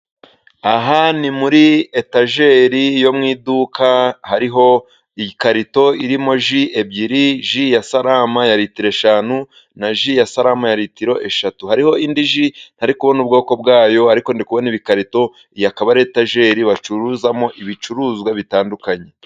Aha ni muri etajeri yo mu iduka hariho ikarito irimo ji ebyiri, ji ya salama ya litiro eshanu na ji ya salama ya litiro eshatu. Hariho indi ji ntari kubona n'ubwoko bwayo ariko ndi kubona ikarito iyi ikaba ari etajeri bacuruzamo ibicuruzwa bitandukanye.